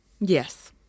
Yes